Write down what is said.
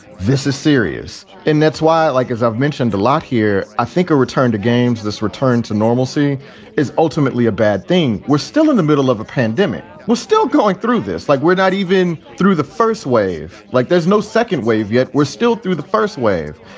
this is serious. and that's why i like, as i've mentioned a lot here, i think a return to games. this return to normalcy is ultimately a bad thing. we're still in the middle of a pandemic. we're still going through this like we're not even through the first wave. like there's no second wave yet. we're still through the first wave.